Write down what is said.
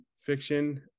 fiction